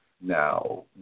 Now